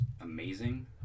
amazing